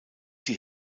die